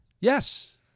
Yes